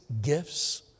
gifts